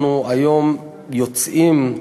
אנחנו היום יוצאים,